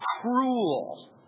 cruel